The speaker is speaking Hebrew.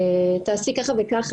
תעשי ככה וככה,